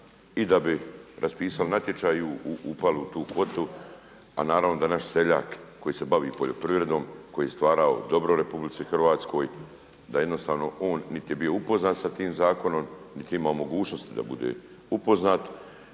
i da bi raspisali natječaj, upali u tu kvotu. A naravno da naš seljak koji se bavi poljoprivredom, koji je stvarao dobro u RH da jednostavno on niti je bio upoznat s tim zakonom, niti je imao mogućnosti da bude upoznat.